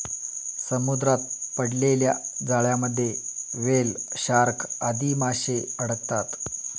समुद्रात पडलेल्या जाळ्यांमध्ये व्हेल, शार्क आदी माशे अडकतात